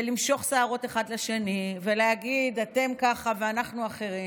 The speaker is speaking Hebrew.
למשוך שערות אחד לשני ולהגיד: אתם ככה ואנחנו אחרים.